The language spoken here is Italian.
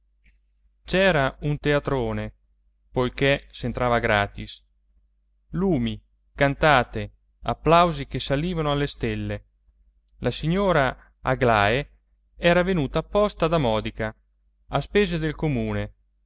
c'era un teatrone poiché s'entrava gratis lumi cantate applausi che salivano alle stelle la signora aglae era venuta apposta da modica a spese del comune